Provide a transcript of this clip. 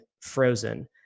frozen